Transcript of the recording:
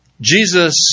Jesus